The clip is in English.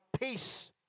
peace